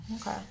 Okay